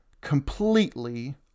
completely